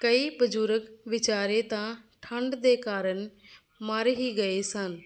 ਕਈ ਬਜ਼ੁਰਗ ਵਿਚਾਰੇ ਤਾਂ ਠੰਡ ਦੇ ਕਾਰਨ ਮਰ ਹੀ ਗਏ ਸਨ